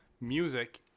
music